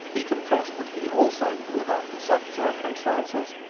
he confessed that he also would, under such circumstances,